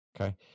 Okay